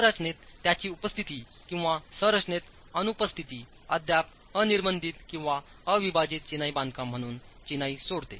संरचनेत त्यांची उपस्थिती किंवा संरचनेत अनुपस्थिती अद्याप अनिर्बंधित किंवा अविभाजित चिनाई बांधकामम्हणून चिनाईसोडते